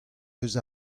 eus